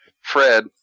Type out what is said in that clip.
Fred